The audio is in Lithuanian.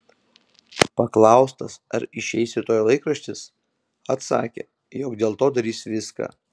paklaustas ar išeis rytoj laikraštis atsakė jog dėl to darys viską